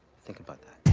think about that.